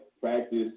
practice